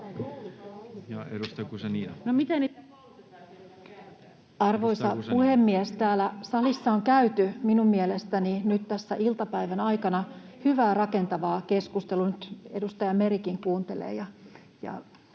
Arvoisa puhemies! Täällä salissa on käyty minun mielestäni nyt tässä iltapäivän aikana [Leena Meren välihuuto] hyvää, rakentavaa keskustelua. — Nyt edustaja Merikin kuuntelee